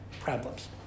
problems